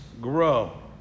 grow